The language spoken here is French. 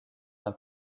d’un